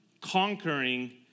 conquering